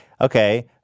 okay